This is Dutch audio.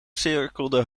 cirkelde